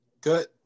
Good